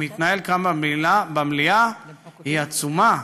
שמתנהל כאן, במליאה, היא עצומה.